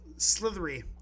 Slithery